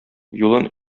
юлын